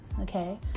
okay